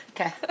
Okay